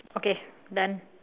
okay done